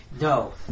No